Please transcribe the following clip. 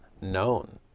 known